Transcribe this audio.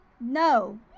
no